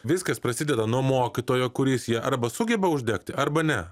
viskas prasideda nuo mokytojo kuris jį arba sugeba uždegti arba ne